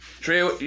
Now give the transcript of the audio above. Trey